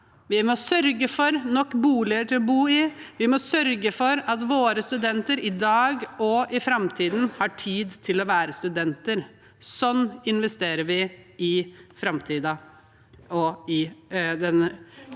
vi må sørge for nok boliger til å bo i, vi må sørge for at våre studenter i dag og i framtiden har tid til å være studenter. Sånn investerer vi i framtiden og i den